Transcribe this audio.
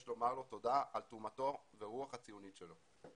יש לומר לו תודה על תרומתו והרוח הציונית שלו.